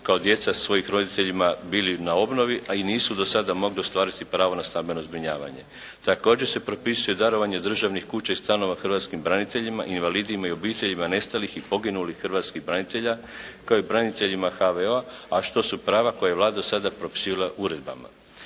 kao djeca svojih roditelja bili na obnovi a i nisu do sada mogli ostvariti pravo na stambeno zbrinjavanje. Također se propisuje darovanje državnih kuća i stanova hrvatskim braniteljima, invalidima i obiteljima nestalih i poginulih hrvatskih branitelja kao i braniteljima HVO-a a što su prava koja je Vlada do sada propisivala uredbama.